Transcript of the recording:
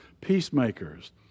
peacemakers